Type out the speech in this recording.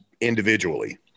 individually